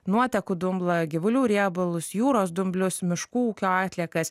nuotekų dumblą gyvulių riebalus jūros dumblius miškų ūkio atliekas